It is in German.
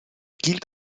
gilt